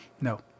No